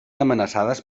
amenaçades